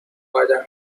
قدم